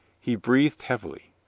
he breathed heavily.